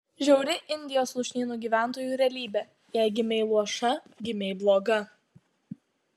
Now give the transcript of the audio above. žiauri indijos lūšnynų gyventojų realybė jei gimei luoša gimei bloga